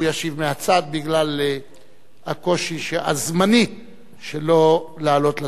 הוא ישיב מהצד בגלל הקושי הזמני שלו לעלות לדוכן.